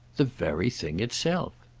the very thing itself.